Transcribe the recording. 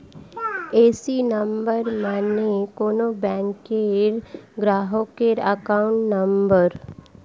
AC number মানে কোন ব্যাংকের গ্রাহকের অ্যাকাউন্ট নম্বর